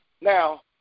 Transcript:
Now